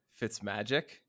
Fitzmagic